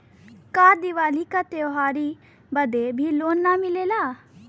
का दिवाली का त्योहारी बदे भी लोन मिलेला?